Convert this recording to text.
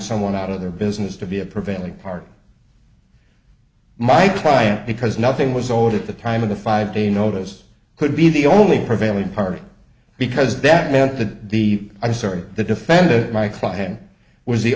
someone out of their business to be a prevailing part my client because nothing was old at the time of the five day notice could be the only prevailing party because that meant that the ice or the defendant my client was the